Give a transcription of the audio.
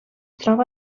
troba